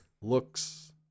looks